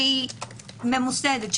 שהיא ממוסדת,